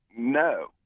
No